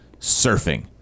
Surfing